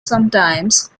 sometimes